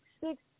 six